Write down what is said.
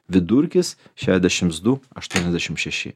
vidurkis šedešims du aštuoniadešim šeši